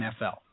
NFL